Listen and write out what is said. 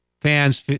fans